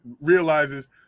realizes